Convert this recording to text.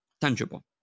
tangible